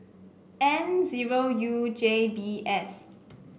N zero U J B F